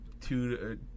two